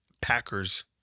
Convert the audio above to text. Packers